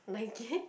Nike